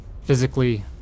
physically